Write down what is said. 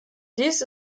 dies